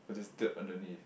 cause there's dirt underneath